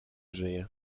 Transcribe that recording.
żyje